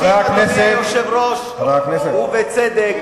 חבר הכנסת, חבר הכנסת, שרוצים,